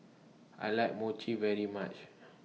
I like Mochi very much